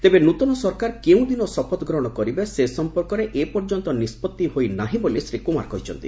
ତେବେ ନୃତନ ସରକାର କେଉଁ ଦିନ ଶପଥ ଗ୍ରହଣ କରିବେ ସେ ସମ୍ପର୍କରେ ଏପର୍ଯ୍ୟନ୍ତ ନିଷ୍ପଭି ହୋଇ ନାହିଁ ବୋଲି ଶ୍ରୀ କୁମାର କହିଛନ୍ତି